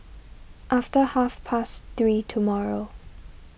after half past three tomorrow